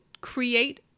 create